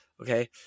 Okay